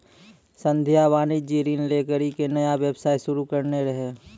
संध्या वाणिज्यिक ऋण लै करि के नया व्यवसाय शुरू करने रहै